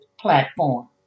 platform